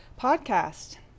podcast